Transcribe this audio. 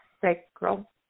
sacral